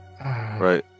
Right